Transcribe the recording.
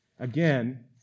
Again